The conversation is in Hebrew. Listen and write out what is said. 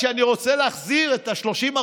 כשאני רוצה להחזיר את ה-30,